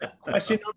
Question